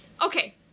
Okay